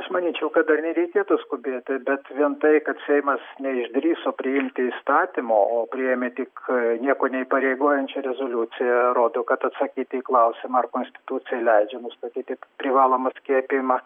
aš manyčiau kad dar nereikėtų skubėti bet vien tai kad seimas neišdrįso priimti įstatymo o priėmė tik niekuo neįpareigojančią rezoliuciją rodo kad atsakyti į klausimą ar konstitucija leidžia nustatyti privalomą skiepijimą